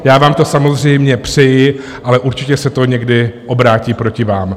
Já vám to samozřejmě přeji, ale určitě se to někdy obrátí proti vám.